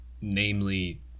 namely